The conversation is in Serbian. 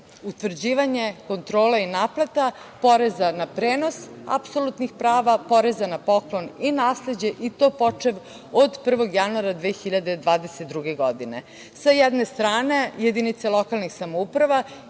utvrđivanje kontrole i naplata poreza na prenos apsolutnih prava, poreza na poklon i na nasleđe i to počev od 1. januara 2022. godine. Sa jedne strane jedinice lokalne samouprave